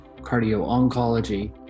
cardio-oncology